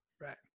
Right